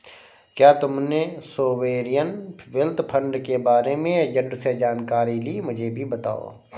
क्या तुमने sovereign wealth fund के बारे में एजेंट से जानकारी ली, मुझे भी बताओ